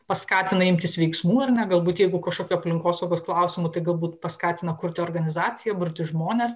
paskatina imtis veiksmų ir na galbūt jeigu kažkokiu aplinkosaugos klausimu tai galbūt paskatina kurti organizaciją burti žmones